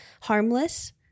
harmless